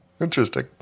Interesting